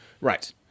Right